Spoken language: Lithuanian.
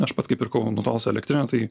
aš pats kai pirkau nutolusią elektrinę tai